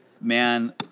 man